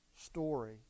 story